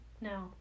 No